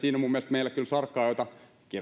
meillä kyllä sarkaa on kirjaimellisesti sarkaa jota